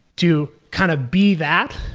to kind of be that,